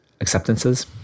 acceptances